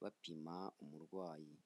bapima umurwayi.